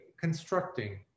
constructing